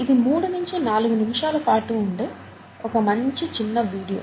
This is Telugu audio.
ఇది మూడు నించి నాలుగు నిమిషాల పాటు ఉండే ఒక మంచి చిన్న వీడియో